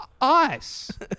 ice